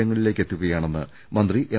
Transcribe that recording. രങ്ങളിലേക്ക് എത്തുകയാണെന്ന് മന്ത്രി എം